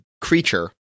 creature